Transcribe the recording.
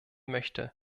möchte